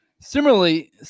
Similarly